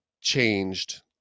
changed